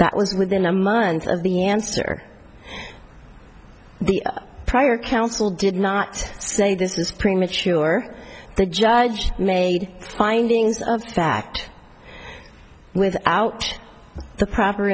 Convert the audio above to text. that was within a month of the answer the prior counsel did not say this was premature the judge made findings of fact without the proper